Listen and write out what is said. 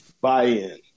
buy-in